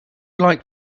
like